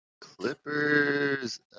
Clippers